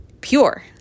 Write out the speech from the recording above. pure